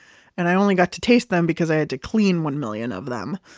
and i only got to taste them because i had to clean one million of them.